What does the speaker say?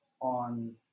on